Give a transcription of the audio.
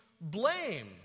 blame